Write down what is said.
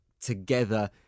together